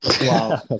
Wow